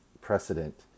precedent